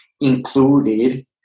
included